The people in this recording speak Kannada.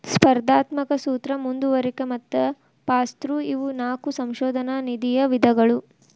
ಸ್ಪರ್ಧಾತ್ಮಕ ಸೂತ್ರ ಮುಂದುವರಿಕೆ ಮತ್ತ ಪಾಸ್ಥ್ರೂ ಇವು ನಾಕು ಸಂಶೋಧನಾ ನಿಧಿಯ ವಿಧಗಳು